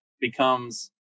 becomes